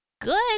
Good